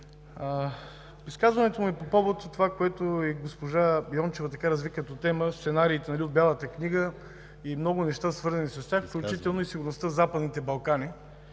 Изказването ми е по повод това, което и госпожа Йончева разви като тема – сценариите от Бялата книга и много неща, свързани с тях, включително и сигурността. Западните Балкани